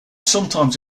sometimes